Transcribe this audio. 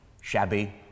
shabby